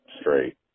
straight